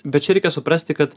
bet čia reikia suprasti kad